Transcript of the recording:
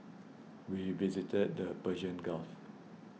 we visited the Persian Gulf